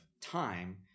time